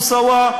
מוסאוא,